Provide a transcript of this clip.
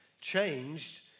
changed